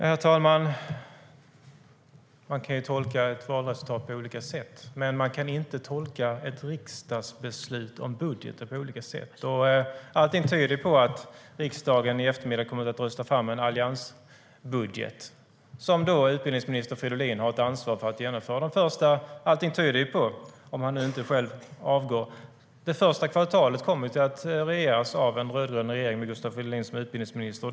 Herr talman! Man kan tolka ett valresultat på olika sätt. Men man kan inte tolka ett riksdagsbeslut om budgeten på olika sätt. Allt tyder på att riksdagen i eftermiddag kommer att rösta fram en alliansbudget som utbildningsminister Fridolin har ett ansvar för att genomföra. Allt tyder ju på - om han inte själv avgår - att det första kvartalet kommer att regeras av en rödgrön regering med Gustav Fridolin som utbildningsminister.